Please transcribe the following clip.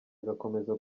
agakomeza